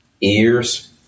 ears